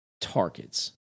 targets